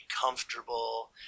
comfortable